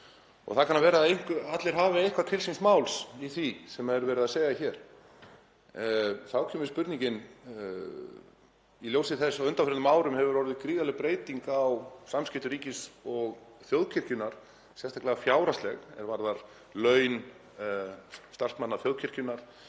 Það kann að vera að allir hafi eitthvað til síns máls í því sem verið er að segja hér. En í ljósi þess að á undanförnum árum hefur orðið gríðarleg breyting á samskiptum ríkis og þjóðkirkjunnar, sérstaklega fjárhagslega, er varðar laun starfsmanna þjóðkirkjunnar